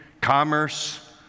commerce